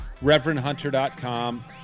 reverendhunter.com